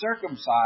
circumcised